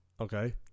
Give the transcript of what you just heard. Okay